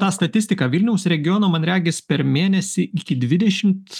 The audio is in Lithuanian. tą statistiką vilniaus regiono man regis per mėnesį iki dvidešimt